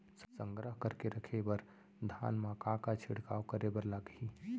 संग्रह करके रखे बर धान मा का का छिड़काव करे बर लागही?